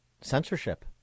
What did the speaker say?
censorship